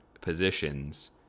positions